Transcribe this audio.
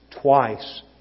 twice